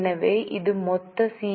எனவே இது மொத்த சி